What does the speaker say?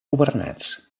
governats